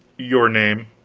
your name,